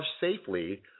safely